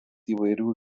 įvairių